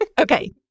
Okay